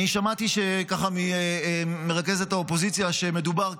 אני שמעתי ממרכזת האופוזיציה שמדובר כביכול,